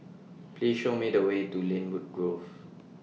Please Show Me The Way to Lynwood Grove